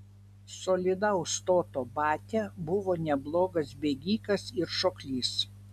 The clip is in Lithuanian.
solidaus stoto batia buvo neblogas bėgikas ir šoklys